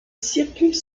circulent